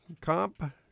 Comp